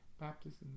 baptism